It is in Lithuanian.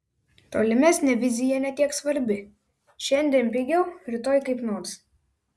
tolimesnė vizija ne tiek svarbi šiandien pigiau rytoj kaip nors